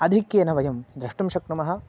आधिक्येन वयं द्रष्टुं शक्नुमः